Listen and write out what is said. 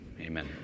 amen